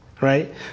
Right